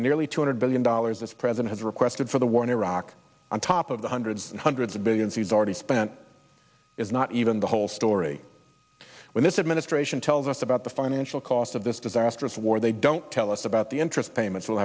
the nearly two hundred billion dollars its present had requested for the war in iraq on top of the hundreds and hundreds of billions you'd already spent is not even the whole story when this administration tells us about the financial cost of this disastrous war they don't tell us about the interest payments w